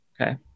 Okay